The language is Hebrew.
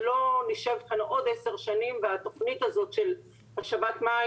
שלא נשב כאן עוד עשר שנים והתכנית הזו של השבת מים